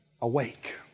awake